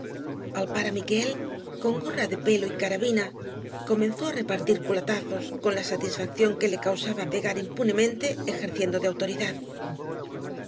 el pare miquél con gorra de pelo y carabina comenzó á repartir culatazos con la satisfacción que le causaba pegar impunemente ejerciendo de autoridad